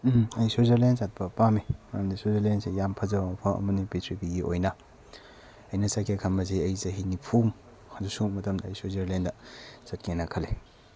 ꯎꯝ ꯑꯩ ꯁ꯭ꯋꯤꯖꯔꯂꯦꯟ ꯆꯠꯄ ꯄꯥꯝꯃꯤ ꯃꯔꯝꯗꯤ ꯁ꯭ꯋꯤꯖꯔꯂꯦꯅꯁꯤ ꯌꯥꯝ ꯐꯖꯕ ꯃꯐꯝ ꯑꯃꯅꯤ ꯄ꯭ꯔꯤꯊꯤꯕꯤꯒꯤ ꯑꯣꯏꯅ ꯑꯩꯅ ꯆꯠꯀꯦ ꯈꯟꯕꯁꯤ ꯑꯩ ꯆꯍꯤ ꯅꯤꯐꯨ ꯑꯗꯨ ꯁꯨꯔꯛ ꯃꯇꯝꯗ ꯑꯩ ꯁ꯭ꯋꯤꯖꯔꯂꯦꯟꯗ ꯆꯠꯀꯦꯅ ꯈꯜꯂꯤ